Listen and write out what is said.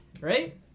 Right